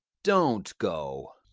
don't go!